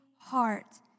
heart